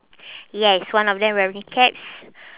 yes one of them wearing caps